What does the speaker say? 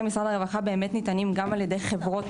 משרד הרווחה ניתנים גם על ידי חברות,